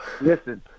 Listen